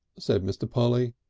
said mr. polly.